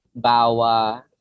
Bawa